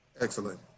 Excellent